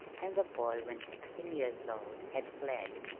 and the boy, when sixteen years old, had fled,